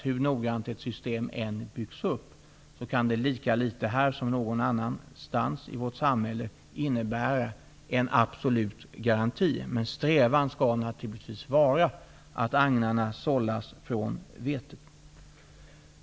Hur noggrant ett system än byggs upp, kan det självfallet här lika litet som någon annanstans i vårt samhället utfärdas någon absolut garanti. Men strävan skall naturligtvis vara att agnarna sållas från vetet.